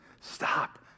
stop